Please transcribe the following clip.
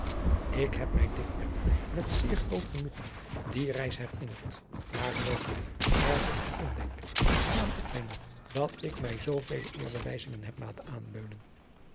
ik heb mij dikwerf met zeer groot genoegen die reis herinnerd maar geloof mij als ik het indenk schaam ik mij nog dat ik mij zoovele eerbewijzingen heb laten aanleunen